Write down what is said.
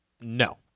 No